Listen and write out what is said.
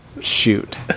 shoot